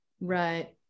Right